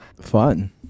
Fun